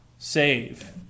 save